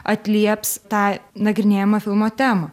atlieps tą nagrinėjamą filmo temą